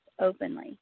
openly